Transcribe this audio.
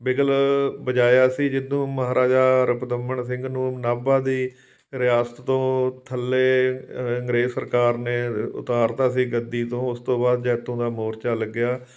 ਬਿਗਲ ਵਜਾਇਆ ਸੀ ਜਿਦੋਂ ਮਹਾਰਾਜਾ ਰਪਦਮਣ ਸਿੰਘ ਨੂੰ ਨਾਭਾ ਦੀ ਰਿਆਸਤ ਤੋਂ ਥੱਲੇ ਅੰਗਰੇਜ਼ ਸਰਕਾਰ ਨੇ ਉਤਾਰਤਾ ਸੀ ਗੱਦੀ ਤੋਂ ਉਸ ਤੋਂ ਬਾਅਦ ਜੈਤੋਂ ਦਾ ਮੋਰਚਾ ਲੱਗਿਆ